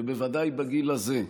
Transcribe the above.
ובוודאי בגיל הזה,